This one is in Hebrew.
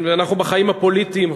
אנחנו בחיים הפוליטיים,